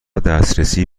دسترسی